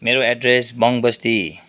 मेरो एड्रेस बोङबस्ती